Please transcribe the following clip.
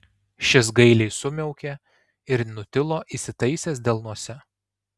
šis gailiai sumiaukė ir nutilo įsitaisęs delnuose